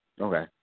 Okay